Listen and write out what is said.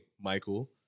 Michael